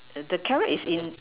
the carrot is in